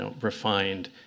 refined